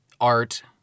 art